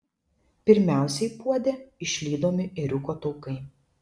pirmiausiai puode išlydomi ėriuko taukai